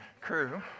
crew